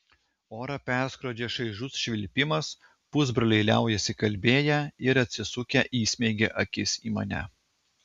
orą perskrodžia šaižus švilpimas pusbroliai liaujasi kalbėję ir atsisukę įsmeigia akis į mane